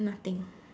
nothing